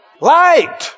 Light